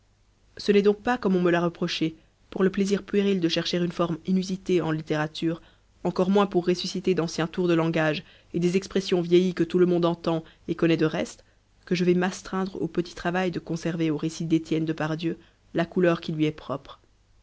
ce n'est donc pas comme on me l'a reproché pour le plaisir puéril de chercher une forme inusitée en littérature encore moins pour ressusciter d'anciens tours de langage et des expressions vieillies que tout le monde entend et connaît de reste que je vais m'astreindre au petit travail de conserver au récit d'etienne depardieu la couleur qui lui est propre